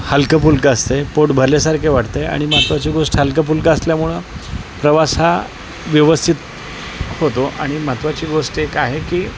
हलकंफुलकं असतंय पोट भरल्यासारखे वाटतंय आणि महत्वाची गोष्ट हलकफुलकं असल्यामुळं प्रवास हा व्यवस्थित होतो आणि महत्त्वाची गोष्ट एक आहे की